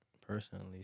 personally